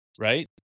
right